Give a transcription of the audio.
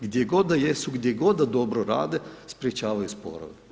Gdje god da jesu, gdje god da dobro rade sprječavaju sporove.